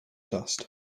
dust